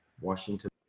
Washington